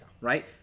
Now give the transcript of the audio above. Right